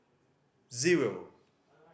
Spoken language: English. zero